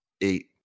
eight